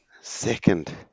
Second